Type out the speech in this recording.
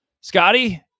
Scotty